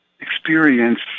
Experience